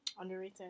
underrated